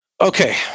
Okay